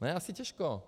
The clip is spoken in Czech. No asi těžko.